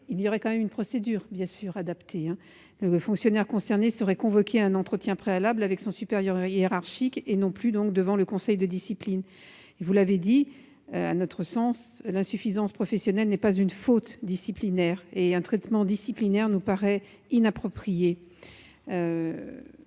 Il faudrait tout de même suivre une procédure adaptée. Le fonctionnaire concerné serait convoqué à un entretien préalable avec son supérieur hiérarchique, et non plus devant un conseil de discipline. À notre sens, l'insuffisance professionnelle n'est pas une faute disciplinaire, et un traitement disciplinaire nous paraît inapproprié.